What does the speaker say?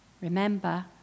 Remember